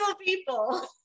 people